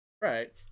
Right